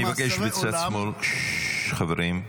אני מבקש, מצד שמאל, ששש, חברים.